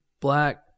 black